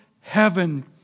heaven